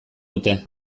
dute